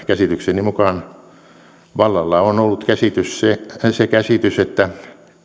käsitykseni mukaan vallalla on ollut se se käsitys että